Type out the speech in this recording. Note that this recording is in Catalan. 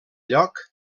lloc